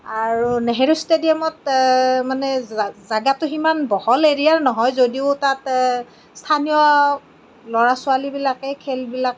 আৰু নেহেৰু ষ্টেডিয়ামত মানে জেগাটো সিমান বহল এৰিয়াৰ নহয় যদিও তাতে স্থানীয় ল'ৰা ছোৱালীবিলাকে খেলবিলাক